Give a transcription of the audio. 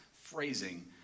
phrasing